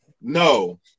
no